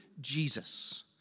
Jesus